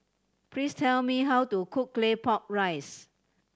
please tell me how to cook Claypot Rice